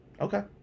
Okay